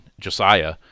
Josiah